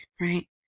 right